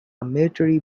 military